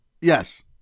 Yes